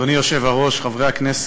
אדוני היושב-ראש, חברי הכנסת,